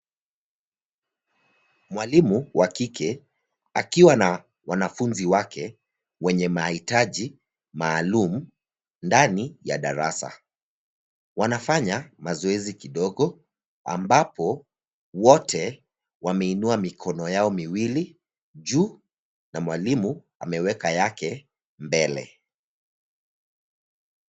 Mwalimu wa kike akiwa na wanafunzi wake wenye mahitaji maalum ndani ya darasa. Wanafanya mazoezi kidogo ambapo wote wameinua mikono yao miwili juu na mwalimu ameweka yake mbele.